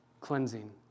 cleansing